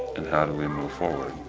and how do we move forward.